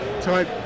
type